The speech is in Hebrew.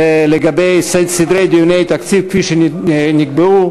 לגבי סדרי דיוני התקציב כפי שנקבעו.